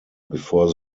before